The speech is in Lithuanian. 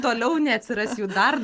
toliau neatsiras jų dar